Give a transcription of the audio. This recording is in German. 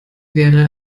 wäre